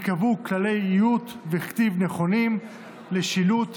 ייקבעו כללי איות וכתיב נכונים לשילוט,